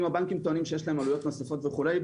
אם הבנקים טוענים שיש להם עלויות נוספות וכולי,